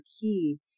key